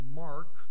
mark